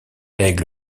aigle